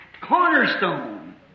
cornerstone